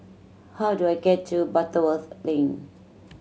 how do I get to Butterworth Lane